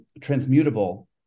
transmutable